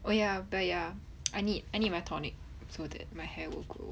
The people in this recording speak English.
oh ya but ya I need I need my tonic so that my hair will grow